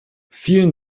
vielen